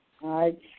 right